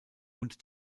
und